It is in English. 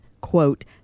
quote